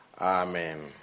Amen